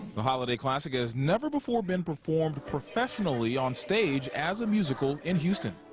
the holiday classic has never before been performed professionally on stage as a musical in houston.